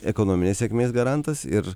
ekonominės sėkmės garantas ir